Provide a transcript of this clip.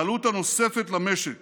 העלות הנוספת למשק